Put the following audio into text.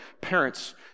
parents